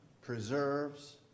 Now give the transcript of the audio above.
preserves